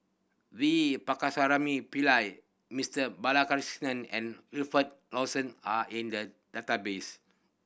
V Pakirisamy Pillai Mister Balakrishnan and Wilfed Lawson are in the database